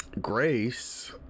Grace